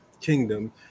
kingdom